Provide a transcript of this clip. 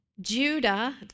Judah